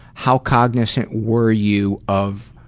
how cognizant were you of,